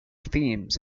themes